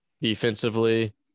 Defensively